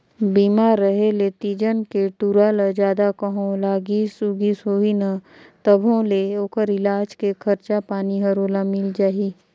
बीमा रेहे ले तीजन के टूरा ल जादा कहों लागिस उगिस होही न तभों ले ओखर इलाज के खरचा पानी हर ओला मिल जाही